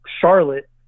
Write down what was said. Charlotte